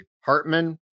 hartman